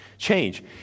change